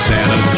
Santa